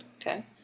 okay